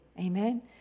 Amen